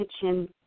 kitchen